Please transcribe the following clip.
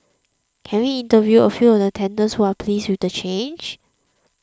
can we interview a few of the tenants who are pleased with the change